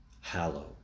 Hallow